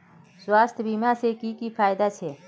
स्वास्थ्य बीमा से की की फायदा छे?